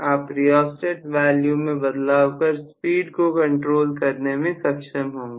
आप rheostat value में बदलाव कर स्पीड को कंट्रोल करने में सक्षम होंगे